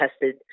tested